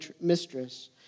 mistress